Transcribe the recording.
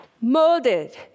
molded